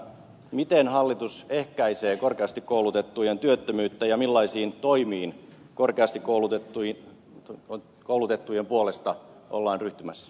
miten hallitus ehkäisee korkeasti koulutettujen työttömyyttä ja millaisiin toimiin korkeasti koulutettujen puolesta ollaan ryhtymässä